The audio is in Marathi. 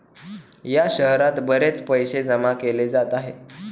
या शहरात बरेच पैसे जमा केले जात आहे